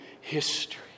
history